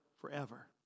forever